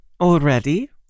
Already